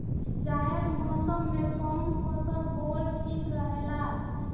जायद मौसम में कउन फसल बोअल ठीक रहेला?